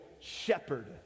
shepherd